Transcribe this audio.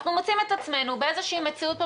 ואנחנו מוצאים את עצמנו במציאות פה